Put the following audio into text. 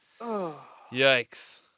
Yikes